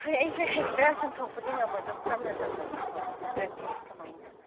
ꯐꯔꯦ ꯑꯩꯁꯨ ꯍꯦꯛꯇ ꯆꯨꯝꯊꯣꯛꯄꯗꯤ ꯉꯝꯃꯣꯏ ꯑꯗꯨꯝ ꯇꯞꯅ ꯇꯞꯅ ꯆꯨꯝꯊꯣꯛꯇ꯭ꯔꯗꯤ ꯀꯃꯥꯏꯅ